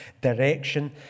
direction